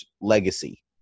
legacy